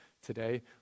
today